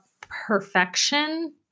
perfection